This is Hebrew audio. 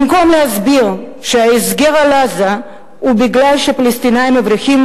במקום להסביר שהסגר על עזה הוא משום שהפלסטינים מבריחים